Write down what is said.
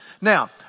Now